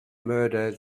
murder